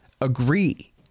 agree